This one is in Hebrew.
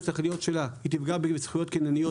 העליון שלה היא תפגע בזכויות קנייניות,